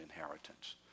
inheritance